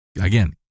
Again